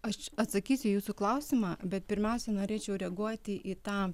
aš atsakysiu į jūsų klausimą bet pirmiausia norėčiau reaguoti į tą